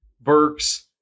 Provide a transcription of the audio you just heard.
Burks